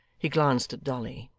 he glanced at dolly.